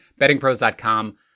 bettingpros.com